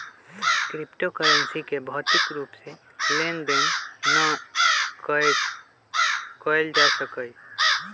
crypto currency के भौतिक रूप से लेन देन न कएल जा सकइय